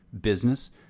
business